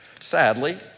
Sadly